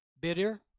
bitter